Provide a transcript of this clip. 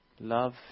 love